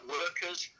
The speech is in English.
workers